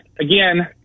again